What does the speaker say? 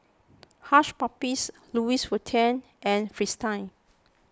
Hush Puppies Louis Vuitton and Fristine